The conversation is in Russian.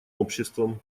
обществам